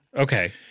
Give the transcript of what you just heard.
Okay